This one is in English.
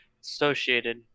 associated